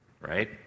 right